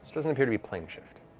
doesn't appear to be plane shift.